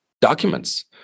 documents